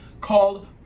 called